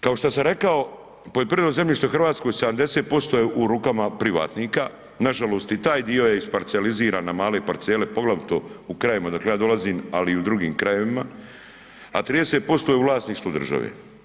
Kao što sam rekao poljoprivredno zemljište u Hrvatskoj, 70% je u rukama privatnika, nažalost i taj dio je isparceliziran na male parcele, poglavito u krajevima odakle ja dolazim, ali i u drugim krajevima, a 30% je u vlasništvu države.